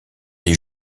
les